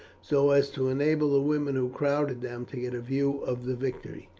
so as to enable the women who crowded them to get a view of the victory.